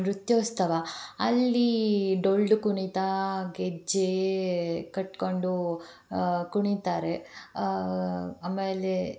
ನೃತ್ಯೋತ್ಸವ ಅಲ್ಲಿ ಡೊಳ್ಳು ಕುಣಿತ ಗೆಜ್ಜೆ ಕಟ್ಟಿಕೊಂಡು ಕುಣಿತಾರೆ ಆಮೇಲೆ